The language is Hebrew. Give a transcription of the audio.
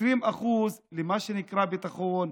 20% למה שנקרא ביטחון,